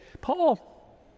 Paul